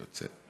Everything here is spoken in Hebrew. שיוצא.